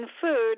food